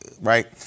Right